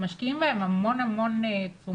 משקיעים בהם המון תשומות.